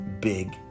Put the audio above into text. big